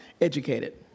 Educated